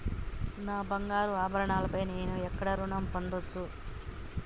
నా బంగారు ఆభరణాలపై నేను ఎక్కడ రుణం పొందచ్చు?